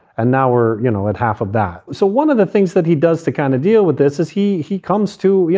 and now we're, you know, at half of that. so one of the things that he does to kind of deal with this is he. he comes to you